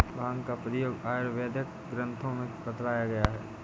भाँग का प्रयोग आयुर्वेदिक ग्रन्थों में बतलाया गया है